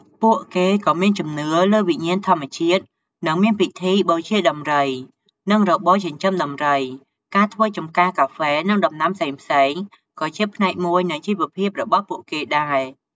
ពួកគេក៏មានជំនឿលើវិញ្ញាណធម្មជាតិ និងមានពិធីបូជាដំរី និងរបរចិញ្ចឹមដំរី ការធ្វើចម្ការកាហ្វេ និងដំណាំផ្សេងៗ ក៏ជាផ្នែកមួយនៃជីវភាពរបស់ពួកគេដែរ។